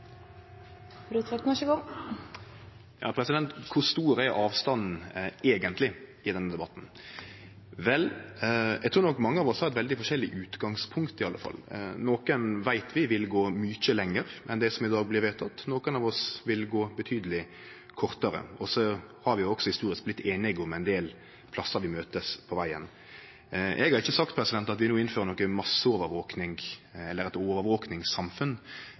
Rotevatn har hatt ordet to ganger tidligere og får ordet til en kort merknad, begrenset til 1 minutt. Kor stor er avstanden – eigentleg – i denne debatten? Eg trur nok mange av oss har eit veldig forskjellig utgangspunkt, i alle fall. Nokre veit vi vil gå mykje lenger enn det som i dag blir vedteke, nokre av oss vil gå betydeleg kortare, og så har vi også historisk vorte einige om ein del plassar vi møtest på vegen. Eg har ikkje sagt at vi no innfører ei masseovervaking, eller